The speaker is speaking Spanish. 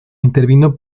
intervino